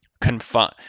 confine